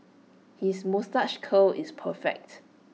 his moustache curl is perfect